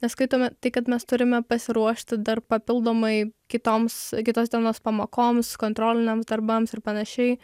neskaitome tai kad mes turime pasiruošti dar papildomai kitoms kitos dienos pamokoms kontroliniams darbams ir panašiai